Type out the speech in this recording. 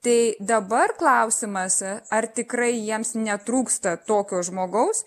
tai dabar klausimas ar tikrai jiems netrūksta tokio žmogaus